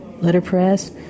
letterpress